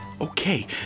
Okay